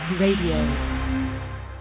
Radio